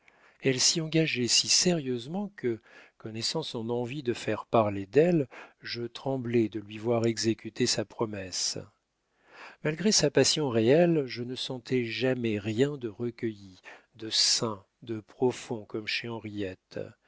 elle s'y engageait si sérieusement que connaissant son envie de faire parler d'elle je tremblais de lui voir exécuter sa promesse malgré sa passion réelle je ne sentais jamais rien de recueilli de saint de profond comme chez henriette